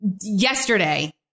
yesterday